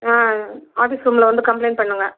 ஆ office ரூம்மில் வந்து complaint பண்ணுவேன்